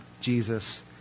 Jesus